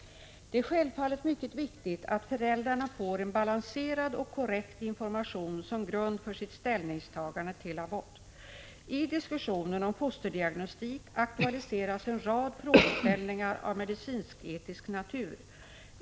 Det är självfallet mycket viktigt att föräldrarna får en balanserad och korrekt information som grund för sitt ställningstagande till abort. I diskussionen om fosterdiagnostik aktualiseras en rad frågeställningar av medicinsk-etisk natur.